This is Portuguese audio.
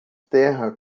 terra